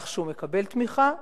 כך שהוא מקבל תמיכה,